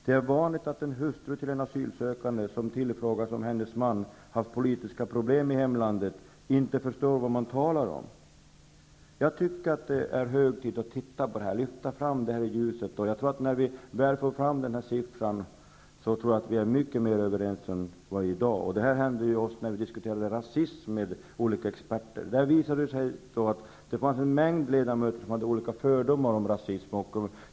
Det är vanligt att en hustru till en asylsökande, som tillfrågas om hennes man haft politiska problem i hemlandet, inte förstår vad man talar om. Jag tycker att det är hög tid att titta på detta och lyfta fram det i ljuset. När man väl får fram den här siffran kommer vi att vara mycket mer överens än i dag. Detta hände oss när vi diskuterade rasism med olika experter. Det visade sig att en mängd ledamöter hade olika fördomar om rasism.